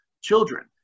children